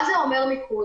מה זה אומר "מיקוד"?